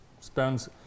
spends